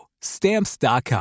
Stamps.com